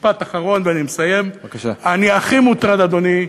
משפט אחד ואני מסיים: אני הכי מוטרד, אדוני,